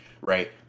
right